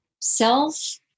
Self